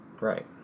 right